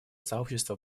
сообщества